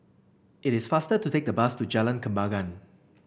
it is faster to take the bus to Jalan Kembangan